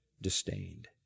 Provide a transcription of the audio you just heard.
disdained